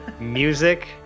music